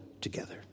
together